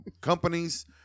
companies